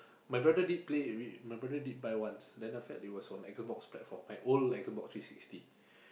my brother did play my brother did buy once then that it was from X-Box platform the old X-Box three sixty